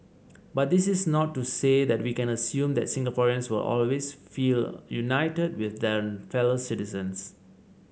but this is not to say that we can assume that Singaporeans will always feel united with their fellow citizens